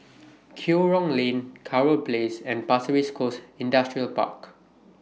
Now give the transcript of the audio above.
Kerong Lane Kurau Place and Pasir Ris Coast Industrial Park